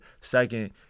second